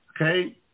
Okay